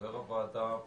דובר הוועדה,